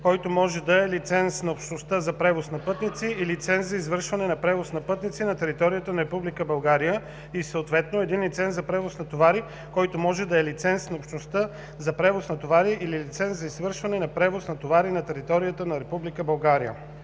който може да е лиценз на Общността за превоз на пътници или лиценз за извършване на превоз на пътници на територията на Република България, и съответно един лиценз за превоз на товари, който може да е лиценз на Общността за превоз на товари или лиценз за извършване на превоз на товари на територията на Република България.“